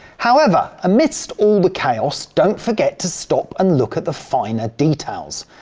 however amidst all the chaos don't forget to stop and look at the finer details.